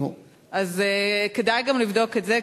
אז כדאי לבדוק גם את זה,